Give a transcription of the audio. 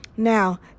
Now